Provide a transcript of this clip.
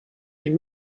been